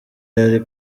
yari